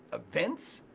events,